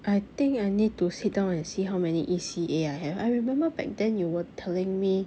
I think I need to sit down and see how many E_C_A I have I remember back then you were telling me